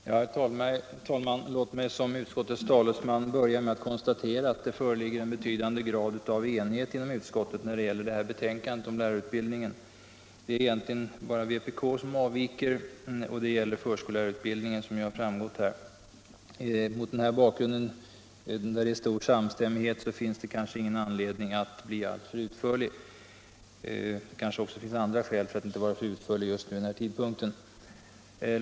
Herr talman! Låt mig som utskottets talesman börja med att konstatera, att det föreligger en betydande grad av enighet inom utskottet när det gäller förevarande betänkande om lärarutbildningen. Som redan framgått är det egentligen bara vpk som avviker, nämligen i frågan om förskol lärarutbildningen. Mot denna bakgrund av stor samstämmighet finns det väl heller ingen anledning för mig att bli alltför utförlig. Kanske finns det också andra skäl för att jag inte blir för utförlig vid denna tidpunkt.